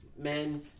Men